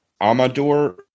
Amador